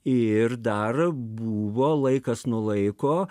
ir dar buvo laikas nuo laiko